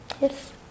Yes